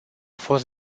fost